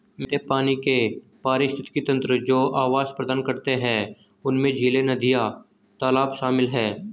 मीठे पानी के पारिस्थितिक तंत्र जो आवास प्रदान करते हैं उनमें झीलें, नदियाँ, तालाब शामिल हैं